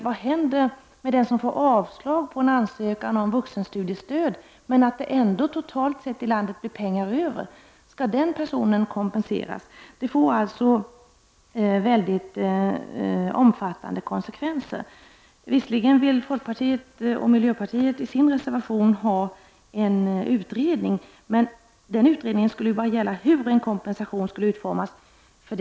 Vad händer t.ex. med den som får avslag på en ansökan om vuxenstudiestöd när det totalt sett i landet blir pengar över? Skall den personen kompenseras? Den föreslagna principen skulle alltså få mycket omfattande konsekvenser. Visserligen vill folkpartiet och miljöpartiet enligt sin gemensamma reservation ha till stånd en utredning, men den utredningen skulle bara gälla hur kompensationen skulle utformas, inte om någon kompensation skall utgå.